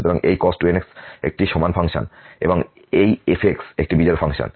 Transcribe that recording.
সুতরাং এই cos 2nx একটি সমান ফাংশন এবং এই f একটি বিজোড় ফাংশন